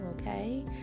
okay